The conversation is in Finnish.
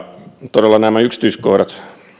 todella nämä yksityiskohdat